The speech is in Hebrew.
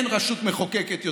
אין רשות מחוקקת יותר.